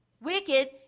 Wicked